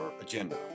agenda